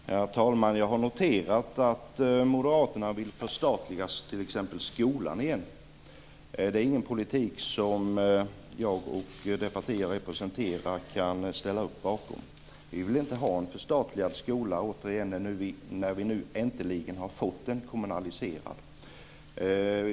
Herr talman! Jag har noterat att Moderaterna vill förstatliga t.ex. skolan. Det är ingen politik som jag och det parti jag representerar kan ställa upp på. Vi vill inte ha en förstatligad skola igen när vi nu äntligen har fått den kommunaliserad.